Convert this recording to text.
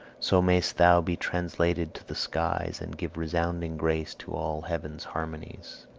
so may'st thou be translated to the skies, and give resounding grace to all heaven's harmonies.